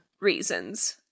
reasons